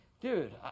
dude